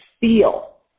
feel